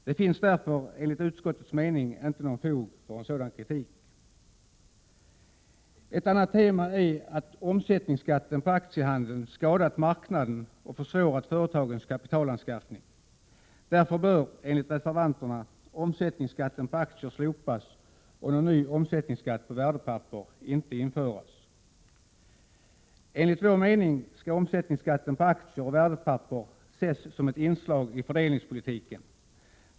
Det finns därför enligt utskottets mening inte något fog för en sådan kritik. Ett annat tema är att omsättningsskatten på aktiehandeln skadat marknaden och försvårat företagens kapitalanskaffning. Därför bör, enligt reservanterna, omsättningsskatten på aktier slopas och någon ny omsättningsskatt på värdepapper inte införas. Enligt vår mening skall omsättningsskatten på aktier och värdepapper ses som ett inslag i fördelningspolitiken.